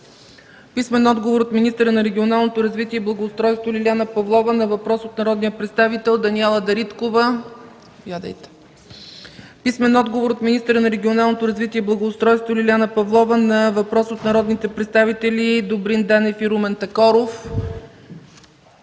Антон Кутев; - министъра на регионалното развитие и благоустройството Лиляна Павлова на въпрос от народния представител Даниела Дариткова; - министъра на регионалното развитие и благоустройството Лиляна Павлова на въпрос от народните представители Добрин Данев и Румен Такоров.